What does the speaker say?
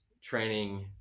training